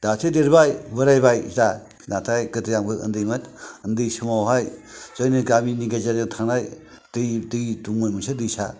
दासो देरबाय बोरायबाय नाथाय गोदो आंबो उन्दैमोन उन्दै समावहाय जोंनि गामिनि गेजेरजों थांनाय दै दंमोन मोनसे दैसा